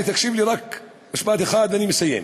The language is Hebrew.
אולי תקשיב לי, רק משפט אחד, ואני מסיים.